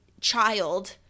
child